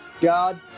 God